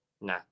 Nah